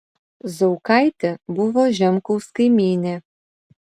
zaukaitė buvo žemkaus kaimynė